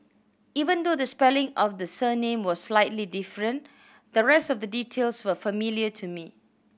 even though the spelling of the surname was slightly different the rest of the details were familiar to me